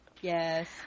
Yes